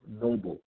noble